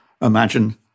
Imagine